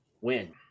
Win